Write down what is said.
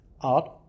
art